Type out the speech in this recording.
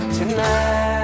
tonight